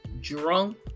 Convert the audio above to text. drunk